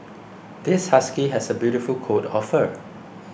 this husky has a beautiful coat of fur